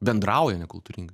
bendrauja nekultūringai